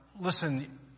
Listen